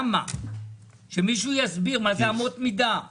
המדינה פועלת על בסיס חקיקה.